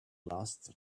last